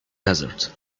desert